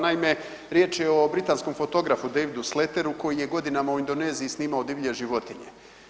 Naime, riječ je o britanskom fotografu Davidu Slateru koji je godinama u Indoneziji snimao divlje životinje.